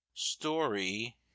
STORY